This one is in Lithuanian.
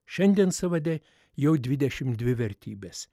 šiandien sąvade jau dvidešimt dvi vertybės